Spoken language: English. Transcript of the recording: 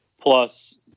plus